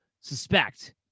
suspect